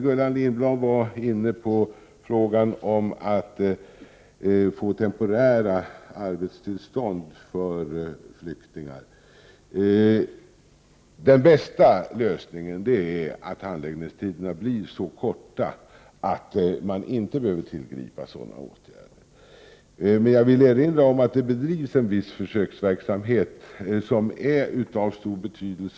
Gullan Lindblad var inne på frågan om temporära arbetstillstånd för flyktingar. Den bästa lösningen är att handläggningstiderna blir så korta att man inte behöver tillgripa sådana åtgärder. Men jag vill erinra om att det bedrivs en viss försöksverksamhet som är av stor betydelse.